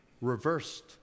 reversed